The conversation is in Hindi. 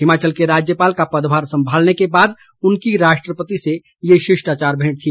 हिमाचल के राज्यपाल का पदभार संभालने के बाद उनकी राष्ट्रपति से ये शिष्टाचार भेंट थी